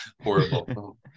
horrible